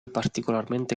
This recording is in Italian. particolarmente